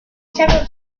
several